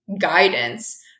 guidance